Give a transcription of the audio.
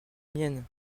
mienne